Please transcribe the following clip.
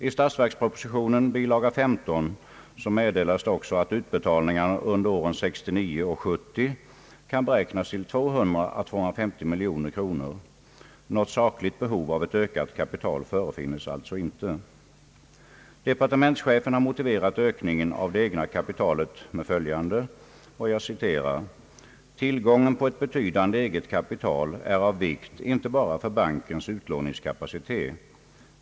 I statsverkspropositionens bilaga 15 meddelas också att utbetalningarna under åren 1969 och 1970 kan beräknas till 200 å 250 miljoner kronor. Något sakligt behov av ett ökat kapital förefinnes alltså inte. Departementschefen motiverar kravet på ökat kapital med följande: »Tillgången på ett betydande eget kapital är av vikt inte bara för bankens utlåningskapacitet.